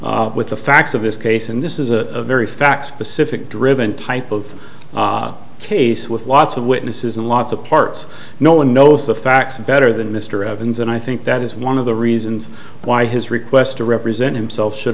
time with the facts of this case and this is a very fact specific driven type of case with lots of witnesses and lots of parts no one knows the facts better than mr evans and i think that is one of the reasons why his request to represent himself should